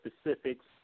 specifics